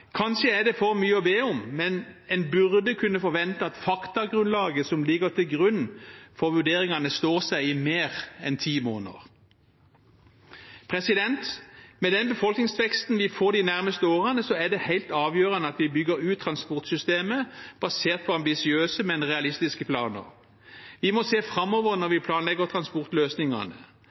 Kanskje er det for mye å be om, men en burde kunne forvente at fakta som ligger til grunn for vurderingene, står seg i mer enn ti måneder. Med den befolkningsveksten vi får de nærmeste årene, er det helt avgjørende at vi bygger ut transportsystemet basert på ambisiøse, men realistiske planer. Vi må se framover når vi planlegger transportløsningene.